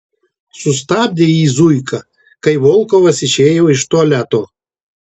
sustabdė jį zuika kai volkovas išėjo iš tualeto